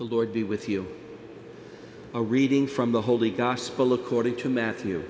the lord be with you a reading from the holy gospel according to matthew